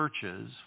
churches